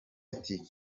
ati